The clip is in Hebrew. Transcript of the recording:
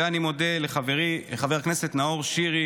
ואני מודה לחברי חבר הכנסת נאור שירי,